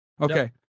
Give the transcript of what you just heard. Okay